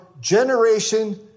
generation